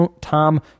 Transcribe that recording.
tom